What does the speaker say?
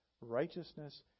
righteousness